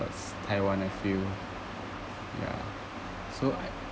taiwan nephew ya so I